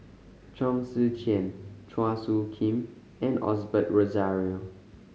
Chong Tze Chien Chua Soo Khim and Osbert Rozario